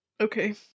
okay